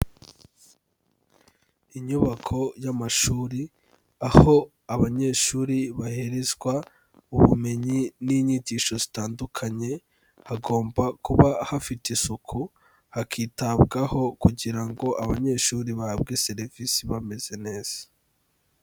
Inyubako y'amashuri aho abanyeshuri baherezwa ubumenyi n'inyigisho zitandukanye, hagomba kuba hafite isuku, hakitabwaho kugira ngo abanyeshuri bahabwe serivisi bameze neza.